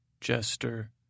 Jester